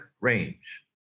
range